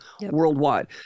worldwide